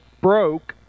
broke